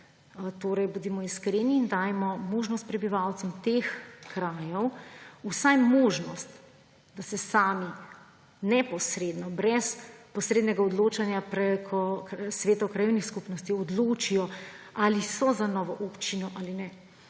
Torej bodimo iskreni in dajmo možnost prebivalcem teh krajev, vsaj možnost, da se sami neposredno, brez posrednega odločanja preko sveta krajevnih skupnosti odločijo, ali so za novo občino ali ne.